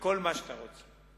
וכל מה שאתה רוצה.